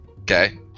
Okay